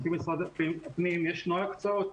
על פי משרד הפנים יש נוהל הקצאות.